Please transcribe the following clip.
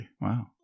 Wow